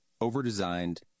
over-designed